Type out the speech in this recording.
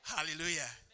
Hallelujah